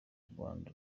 rwanda